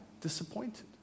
disappointed